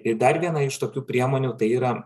ir dar viena iš tokių priemonių tai yra